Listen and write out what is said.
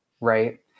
right